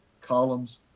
columns